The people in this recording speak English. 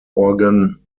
organ